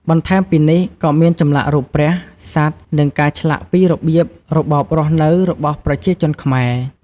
បន្ថែមពីនេះក៏មានចម្លាក់រូបព្រះ សត្វ និងការឆ្លាក់ពីរបៀបរបបរស់នៅរបស់ប្រជាជនខ្មែរ។